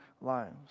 lives